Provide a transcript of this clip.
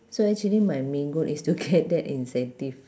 so actually my main goal is to get that incentive